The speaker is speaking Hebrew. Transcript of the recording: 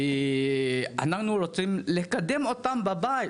ואנחנו רוצים לקבל אותם בבית.